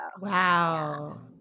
wow